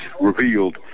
revealed